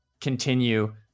continue